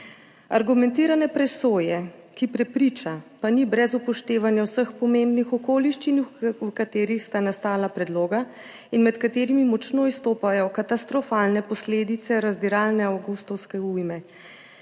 Argumentirane presoje, ki prepriča, pa ni brez upoštevanja vseh pomembnih okoliščin, v katerih sta nastala predloga in med katerimi močno izstopajo katastrofalne posledice razdiralne avgustovske ujme.